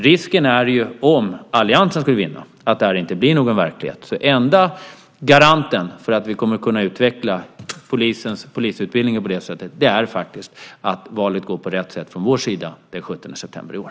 Risken är dock, om alliansen skulle vinna, att detta inte blir verklighet. Enda garanten för att vi kommer att kunna utveckla polisutbildningen på det här sättet är faktiskt att valet går på rätt sätt för vår sida den 17 september i år.